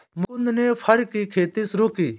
मुकुन्द ने फर की खेती शुरू की